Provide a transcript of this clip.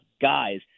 guys